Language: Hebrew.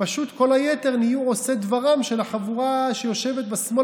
ופשוט כל היתר נהיו עושי דברם של החבורה שיושבת בשמאל